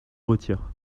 retire